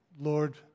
Lord